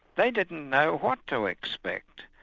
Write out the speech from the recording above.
they didn't know what to expect.